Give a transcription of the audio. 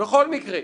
בכל מקרה,